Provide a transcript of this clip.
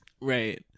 Right